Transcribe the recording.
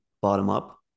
bottom-up